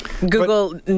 Google